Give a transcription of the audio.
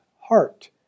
heart